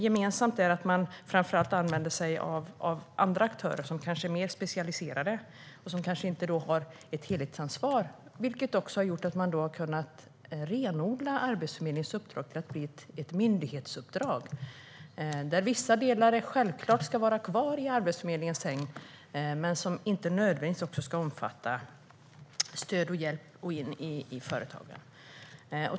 Gemensamt är dock att man framför allt använder sig av andra aktörer, som kanske är mer specialiserade och kanske inte har ett helhetsansvar. Det har också gjort att man har kunnat renodla Arbetsförmedlingens uppdrag till att bli ett myndighetsuppdrag, där vissa delar självklart ska vara kvar i Arbetsförmedlingens hägn men inte nödvändigtvis ska omfatta stöd och hjälp in i företagen.